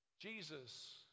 Jesus